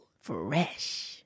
fresh